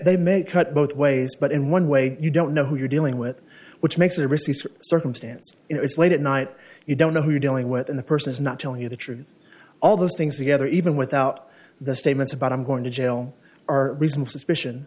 they may cut both ways but in one way you don't know who you're dealing with which makes their research circumstance it's late at night you don't know who you're dealing with than the person is not telling you the truth all those things together even without the statements about him going to jail are reasonable suspicion